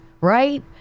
Right